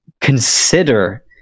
consider